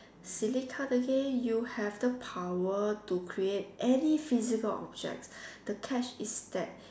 silly card again you have the power to create any physical object the catch is that